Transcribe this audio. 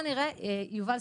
יובל,